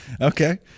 Okay